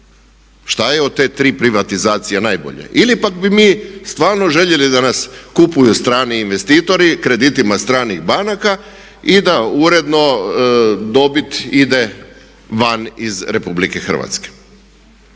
Šta je od te tri privatizacije najbolje? Ili pak bi mi stvarno željeli da nas kupuju strani investitori kreditima stranih banaka i da uredno dobit ide van iz RH? Ne znam,